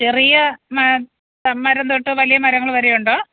ചെറിയ മരം തൊട്ട് വലിയ മരങ്ങള് വരെയുണ്ടോ